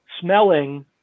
smelling